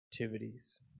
activities